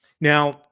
Now